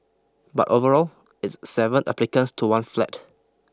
but overall it's seven applicants to one flat